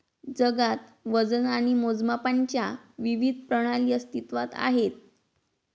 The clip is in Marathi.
जगात वजन आणि मोजमापांच्या विविध प्रणाली अस्तित्त्वात आहेत